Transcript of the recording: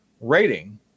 rating